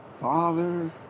father